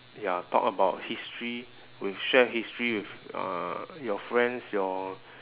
ya talk about history with share history with uh your friends your